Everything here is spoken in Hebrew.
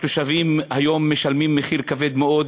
התושבים היום משלמים מחיר כבד מאוד: